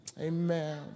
Amen